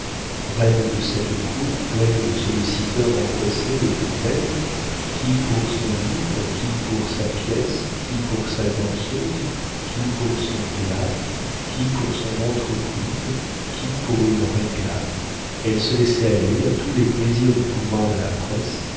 reine de cette cour pleine de solliciteurs empressés autour d'elle qui pour son livre qui pour sa pièce qui pour sa danseuse qui pour son théâtre qui pour son entreprise qui pour une réclame elle se laissait aller à tous les plaisirs du pouvoir de la presse